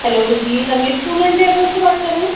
hello جی Ramesh tour and travel سے بات کر رہے ہیں